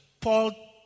Paul